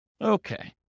Okay